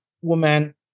woman